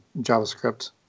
JavaScript